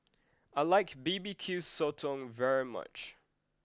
I like bbq Sotong very much